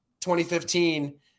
2015